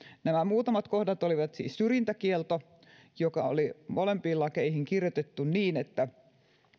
nämä muutamat kohdat olivat siis syrjintäkielto joka oli molempiin lakeihin kirjoitettu niin että